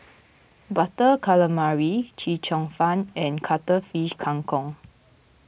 Butter Calamari Chee Cheong Fun and Cuttlefish Kang Kong